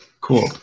Cool